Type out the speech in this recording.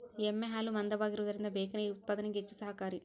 ಎಮ್ಮೆ ಹಾಲು ಮಂದವಾಗಿರುವದರಿಂದ ಬೇಕರಿ ಉತ್ಪಾದನೆಗೆ ಹೆಚ್ಚು ಸಹಕಾರಿ